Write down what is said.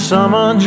Summer